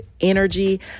energy